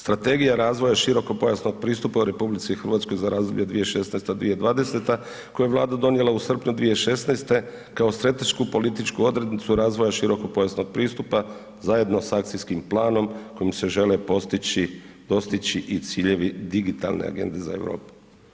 Strategija razvoja širokopojasnog pristupa u RH za razdoblje 2016.-2020. koje je Vlada donijela u srpnju 2016. kao stratešku političku odrednicu razvoja širokopojasnog pristupa zajedno sa akcijskim planom kojim se želi postići, dostići i ciljevi digitalne agende za Europu.